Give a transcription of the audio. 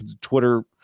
Twitter